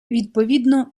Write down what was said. відповідно